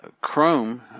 Chrome